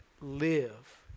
Live